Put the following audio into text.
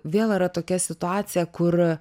vėl yra tokia situacija kur